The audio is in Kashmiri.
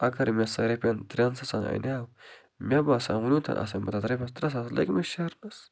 اگر مےٚ سا رۄپین ترٛٮ۪ن ساسن اَنیو مےٚ باسان وٕنیُک آسن مےٚ تَتھ رۄپیس ترٛےٚ ساس لٔگمٕتۍ شٮ۪رنس